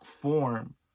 form